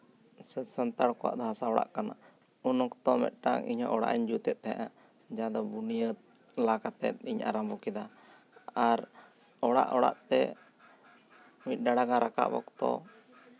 ᱥᱮ ᱥᱟᱱᱛᱟᱲ ᱠᱚᱣᱟᱜ ᱫᱚ ᱦᱟᱥᱟ ᱚᱲᱟᱜ ᱠᱟᱱᱟ ᱩᱱ ᱚᱠᱛᱚ ᱢᱤᱫᱴᱟᱝ ᱤᱧ ᱦᱚᱸ ᱚᱲᱟᱜ ᱤᱧ ᱡᱩᱛ ᱮᱫ ᱛᱟᱦᱮᱱᱟ ᱡᱟᱦᱟᱸ ᱫᱚ ᱵᱩᱱᱭᱟᱹᱫ ᱞᱟ ᱠᱟᱛᱮᱫ ᱤᱧ ᱟᱨᱟᱢᱵᱷᱚ ᱠᱮᱫᱟ ᱟᱨ ᱚᱲᱟᱜ ᱚᱲᱟᱜ ᱛᱮ ᱢᱤᱫ ᱰᱟᱸᱲᱟ ᱜᱟᱱ ᱨᱟᱠᱟᱵ ᱚᱠᱛᱚ